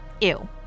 Ew